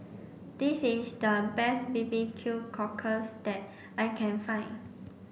this is the best B B Q cockles that I can find